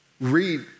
read